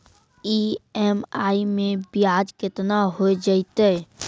EMI मैं ब्याज केतना हो जयतै?